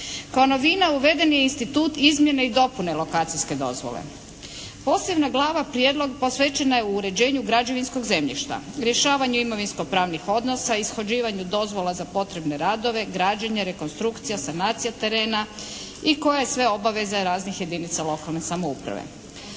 Kao novina uveden je institut izmjene i dopune lokacijske dozvole. Posebna glava prijedloga posvećena je uređenju građevinskog zemljišta, rješavanje imovinsko-pravnih odnosa, ishođivanju dozvola za potrebne radove, građenje, rekonstrukcija, sanacija terena i koje sve obaveze raznih jedinica lokalne samouprave.